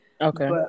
okay